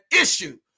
issue